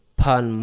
pan